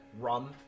rum